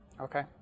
Okay